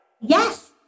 Yes